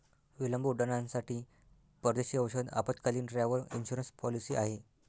विलंब उड्डाणांसाठी परदेशी औषध आपत्कालीन, ट्रॅव्हल इन्शुरन्स पॉलिसी आहे